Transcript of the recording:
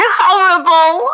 horrible